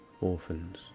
orphans